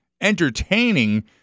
entertaining